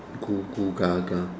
googoogaga